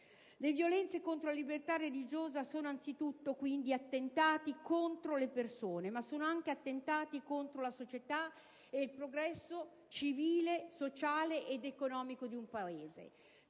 Le violenze contro la libertà religiosa sono anzitutto attentati contro le persone, ma sono anche attentati contro la società e il progresso civile, sociale ed economico di un Paese.